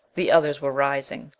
the others were rising.